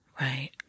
Right